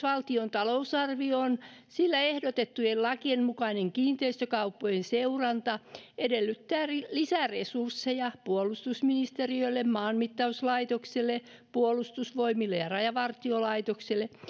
valtion talousarvioon sillä ehdotettujen lakien mukainen kiinteistökauppojen seuranta edellyttää lisäresursseja puolustusministeriölle maanmittauslaitokselle puolustusvoimille ja rajavartiolaitokselle